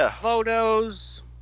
photos